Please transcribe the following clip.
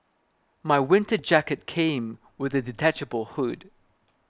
my winter jacket came with a detachable hood